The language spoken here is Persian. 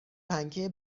پنکه